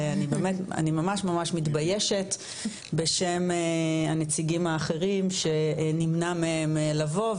ואני באמת ממש ממש מתביישת בשם הנציגים האחרים שנמנע מהם לבוא,